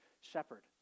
shepherd